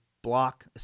block